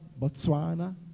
Botswana